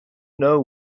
know